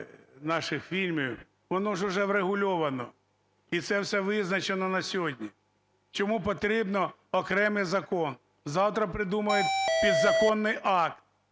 наших фільмів, воно уже врегульовано і це все визначено на сьогодні. Чому потрібно окремий закон? Завтра придумають підзаконний акт.